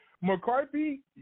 McCarthy